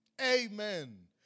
Amen